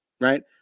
right